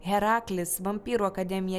heraklis vampyrų akademija